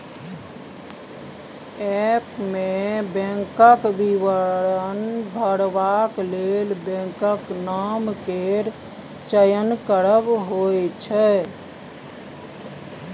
app मे बैंकक विवरण भरबाक लेल बैंकक नाम केर चयन करब होइ छै